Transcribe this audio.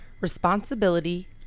responsibility